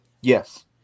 Yes